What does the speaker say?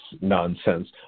nonsense